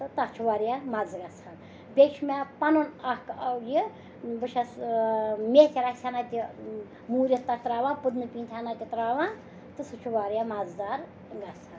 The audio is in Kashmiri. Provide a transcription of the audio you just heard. تہٕ تَتھ چھُ واریاہ مَزٕ گژھان بیٚیہِ چھُ مےٚ پَنُن اَکھ یہِ بہٕ چھَس میتھِ رژھِ ہَنا تہِ موٗرِتھ تَتھ ترٛاوان پٕدنہٕ پیٖنٛتہِ ہَنا تہِ ترٛاوان تہٕ سُہ چھُ واریاہ مَزٕدار گَژھان